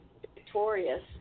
victorious